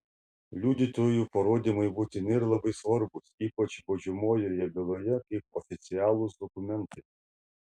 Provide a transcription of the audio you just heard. liudytojų parodymai būtini ir labai svarbūs ypač baudžiamojoje byloje kaip oficialūs dokumentai